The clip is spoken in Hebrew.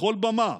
בכל במה,